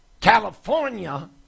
California